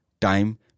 time